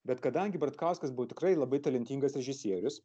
bet kadangi bartkauskas buvo tikrai labai talentingas režisierius